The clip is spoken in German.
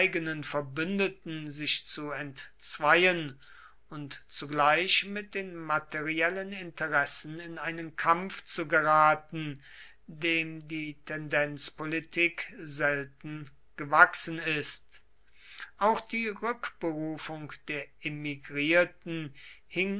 verbündeten sich zu entzweien und zugleich mit den materiellen interessen in einen kampf zu geraten dem die tendenzpolitik selten gewachsen ist auch die rückberufung der emigrierten